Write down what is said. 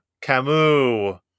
Camus